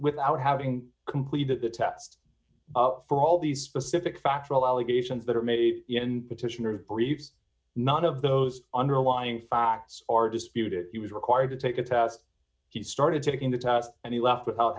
without having completed the test for all the specific factual allegations that are made in petitioners briefs none of those underlying facts are disputed he was required to take a test he started taking the tab and he left without